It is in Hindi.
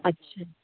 अच्छा